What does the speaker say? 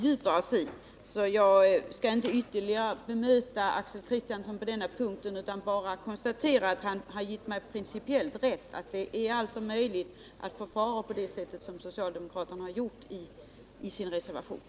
Jag skall inte ytterligare bemöta Axel Kristiansson på denna punkt utan vill bara konstatera att han gett mig principiellt rätt i att det är möjligt att förfara på det sätt som socialdemokraterna föreslagit i reservationen.